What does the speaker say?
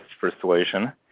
persuasion